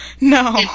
No